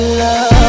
love